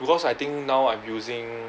because I think now I'm using